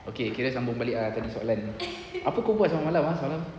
okay kira sambung balik ah tadi soalan apa kau buat sampai malam ah semalam